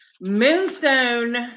moonstone